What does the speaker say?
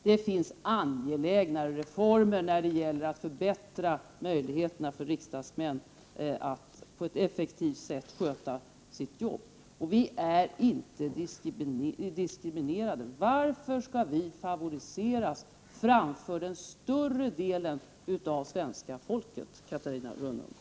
Det finns angelägnare reformer för att förbättra riksdagsmännens möjligheter att sköta sitt jobb effektivt. Vi är inte diskriminerade. Varför skall vi favoriseras framför den större delen av det svenska folket, Catarina Rönnung?